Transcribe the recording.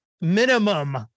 minimum